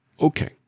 Okay